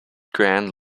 grand